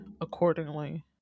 accordingly